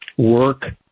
work